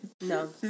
No